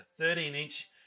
13-inch